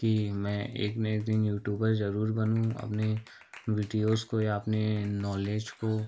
कि मैं एक ना एक दिन यूटूबर ज़रूर बनूँ अपने विडियोस को या अपनी नॉलेज को